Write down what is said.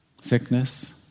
sickness